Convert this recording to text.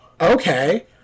Okay